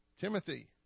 Timothy